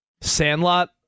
Sandlot